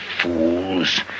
fools